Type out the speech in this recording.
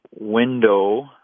window